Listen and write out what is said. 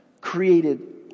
created